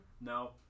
No